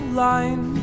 line